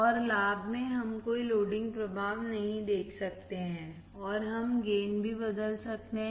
और लाभ में हम कोई लोडिंग प्रभाव नहीं देख सकते हैं और हम गेन भी बदल सकते हैं